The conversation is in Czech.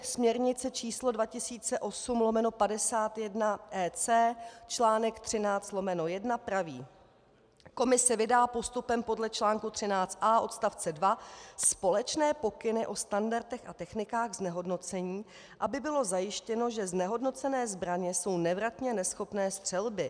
Směrnice číslo 2008/51/EC, článek 13/1 praví: Komise vydá postupem podle článku 13a odst. 2 společné pokyny o standardech a technikách znehodnocení, aby bylo zajištěno, že znehodnocené zbraně jsou nevratně neschopné střelby.